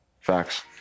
Facts